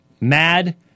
mad